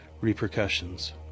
repercussions